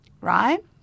right